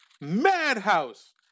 madhouse